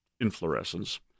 inflorescence